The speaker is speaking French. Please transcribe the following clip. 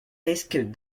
risquent